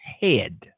head